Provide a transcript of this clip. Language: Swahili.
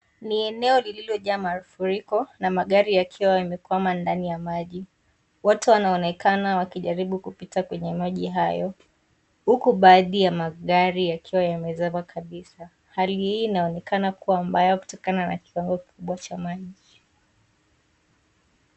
Ni eneo lililo jaa mafuriko na magari yakiwa yamekwama ndani ya maji. Watu wanaonekana wakijaribu kupita kwenye maji hayo, huku baadhi ya magari yakiwa yamezama Kabisa. Hali hii inaonekana kuwa mbaya kutokana na kiwango kubwa cha maji.